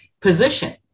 position